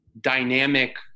dynamic